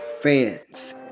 fans